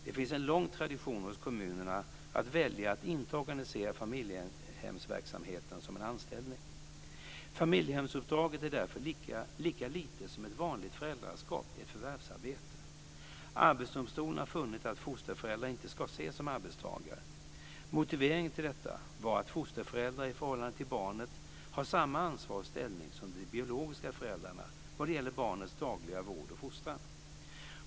Det finns en lång tradition hos kommunerna att välja att inte organisera familjehemsverksamheten som en anställning. Familjehemsuppdraget är därför lika lite som ett vanligt föräldraskap ett förvärvsarbete. Arbetsdomstolen har funnit att fosterföräldrar inte ska ses som arbetstagare. Motiveringen till detta var att fosterföräldrar i förhållandet till barnet har samma ansvar och ställning som de biologiska föräldrarna vad gäller barnets dagliga vård och fostran.